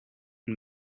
and